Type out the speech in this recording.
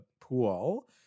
pool